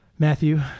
Matthew